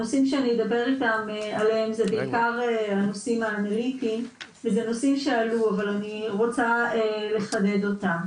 הנושאים שאני אדבר עליהם זה הנושא האנליטי שעלה פה ואני רוצה לחדד אותם